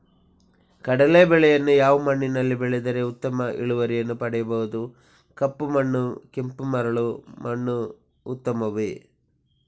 ಕಡಲೇ ಬೆಳೆಯನ್ನು ಯಾವ ಮಣ್ಣಿನಲ್ಲಿ ಬೆಳೆದರೆ ಉತ್ತಮ ಇಳುವರಿಯನ್ನು ಪಡೆಯಬಹುದು? ಕಪ್ಪು ಮಣ್ಣು ಕೆಂಪು ಮರಳು ಮಣ್ಣು ಉತ್ತಮವೇ?